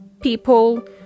people